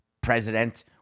president